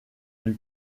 lui